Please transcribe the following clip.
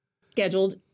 scheduled